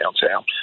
downtown